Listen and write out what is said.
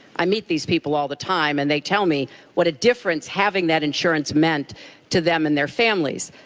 i meet these people all the time and they tell me what a difference having that insurance meant to them and their families.